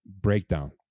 breakdown